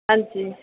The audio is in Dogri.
अंजी